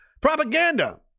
propaganda